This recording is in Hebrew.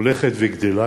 הולכת וגדלה,